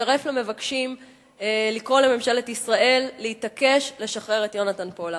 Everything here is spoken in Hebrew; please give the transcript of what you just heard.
מצטרף למבקשים לקרוא לממשלת ישראל להתעקש לשחרר את יונתן פולארד.